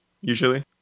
usually